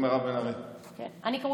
מסתבר שהגישה